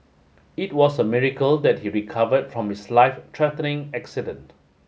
it was a miracle that he recovered from his life threatening accident